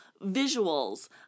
visuals